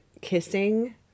kissing